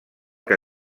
que